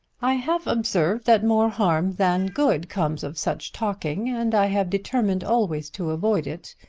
i have observed that more harm than good comes of such talking, and i have determined always to avoid it.